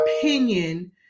opinion